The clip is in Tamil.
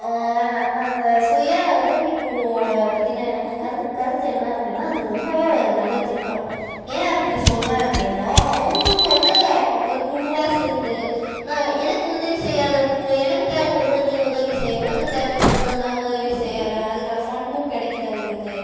அந்த சுய உதவிக்குழு பற்றின எனக்கு கருத்து என்ன அப்படின்னா அது ரொம்ப ஒரு நல்ல திட்டம் ஏன் அப்படி சொல்கிறேன் அப்படின்னா அவங்களுக்கு வந்து ஒரு குழுவாக சேர்ந்து நான் எனக்கு உதவி செய்யாதப்போ எனக்கு தேவப்படும் போது நீ உதவி செய் உனக்கு தேவைப்படும் போது நான் உதவி செய்கிறேன் அதுக்கான ஃபண்டும் கிடைக்கிது அவங்களுக்கு